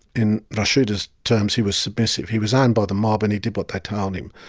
in rasheda's terms he was submissive, he was owned by the mob and he did what they told him.